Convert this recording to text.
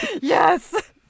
Yes